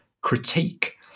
critique